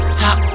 top